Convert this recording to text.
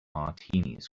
martinis